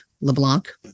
LeBlanc